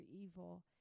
evil